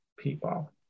people